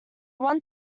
one